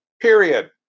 period